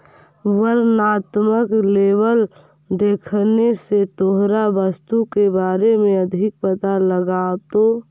वर्णात्मक लेबल देखने से तोहरा वस्तु के बारे में अधिक पता लगतो